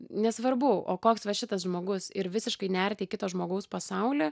nesvarbu o koks va šitas žmogus ir visiškai nerti į kito žmogaus pasaulį